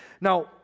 now